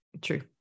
true